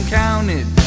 counted